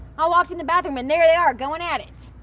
i walked in the bathroom and there they are going at it.